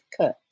cut